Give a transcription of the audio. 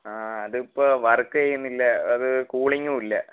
അതിപ്പോൾ വർക്ക് ചെയ്യുന്നില്ല അത് കൂളിങ്ങും ഇല്ല